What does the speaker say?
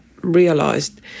realized